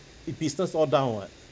if business all down what